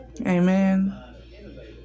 Amen